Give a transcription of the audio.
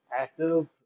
active